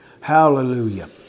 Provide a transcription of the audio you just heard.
Hallelujah